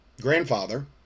grandfather